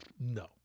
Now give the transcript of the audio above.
No